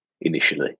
initially